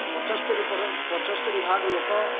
ପଞ୍ଚସ୍ତରୀ ପଞ୍ଚସ୍ତରୀ ଭାଗ ଲୋକ